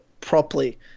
properly